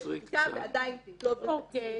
ועדיין לא עוברים תקציבים,